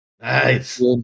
Nice